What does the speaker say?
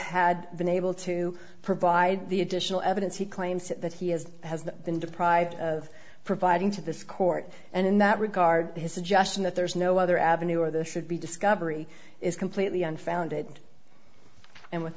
had been able to provide the additional evidence he claims that he has has been deprived of providing to this court and in that regard his suggestion that there is no other avenue or the should be discovery is completely unfounded and with